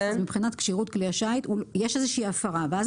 מבחינת כשירות כלי השיט יש איזושהי הפרה ואז